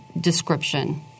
description